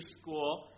School